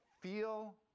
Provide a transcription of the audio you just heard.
feel